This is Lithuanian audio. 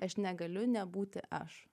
aš negaliu nebūti aš